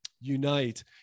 unite